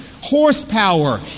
horsepower